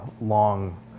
long